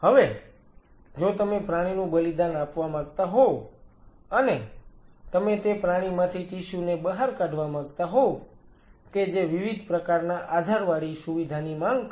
હવે જો તમે પ્રાણીનું બલિદાન આપવા માંગતા હોવ અને તમે તે પ્રાણીમાંથી ટિશ્યુ ને બહાર કાઢવા માંગતા હોવ કે જે વિવિધ પ્રકારના આધારવાળી સુવિધાની માંગ કરે છે